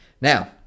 Now